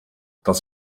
das